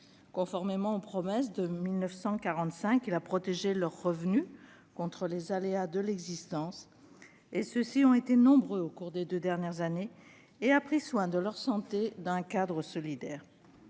Conformément aux promesses de 1945, il a protégé leurs revenus contre les aléas de l'existence- ceux-ci ont été nombreux au cours des deux dernières années -et a pris soin de leur santé dans un cadre solidaire.